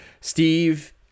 Steve